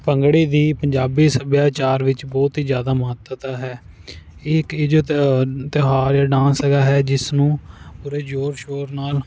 ਭੰਗੜੇ ਦੀ ਪੰਜਾਬੀ ਸੱਭਿਆਚਾਰ ਵਿੱਚ ਬਹੁਤ ਹੀ ਜ਼ਿਆਦਾ ਮਹੱਤਤਾ ਹੈ ਇਹ ਇੱਕ ਇਹੋ ਜਿਹਾ ਤਿਓ ਤਿਓਹਾਰ ਜਾਂ ਡਾਂਸ ਹੈਗਾ ਜਿਸ ਨੂੰ ਪੂਰੇ ਜੋਰ ਸ਼ੋਰ ਨਾਲ